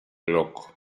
loco